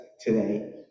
today